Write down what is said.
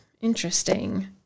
Interesting